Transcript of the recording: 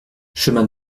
chemin